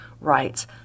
rights